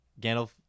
Gandalf